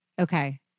Okay